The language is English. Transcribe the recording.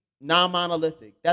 non-monolithic